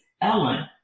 Ellen